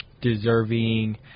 deserving